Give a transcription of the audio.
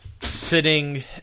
sitting